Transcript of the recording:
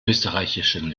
österreichischen